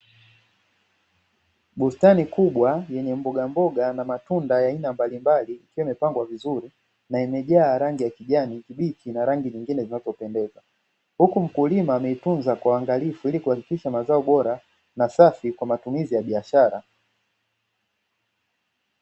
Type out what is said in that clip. Bustani kubwa yenye mboga mboga na matunda ya aina mbalimbali ikiwa imepangwa vizuri na imejaa rangi ya kijani kibichi na rangi nyingine zinazopendeza, huku mkulima ameitunza kwa uangalifu ili kuhakikisha mazao bora na safi kwa matumizi ya biashara.